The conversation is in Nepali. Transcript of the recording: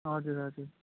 हजुर हजुर